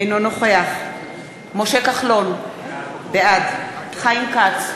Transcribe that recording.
אינו נוכח משה כחלון, בעד חיים כץ,